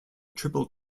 triple